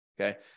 Okay